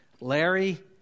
Larry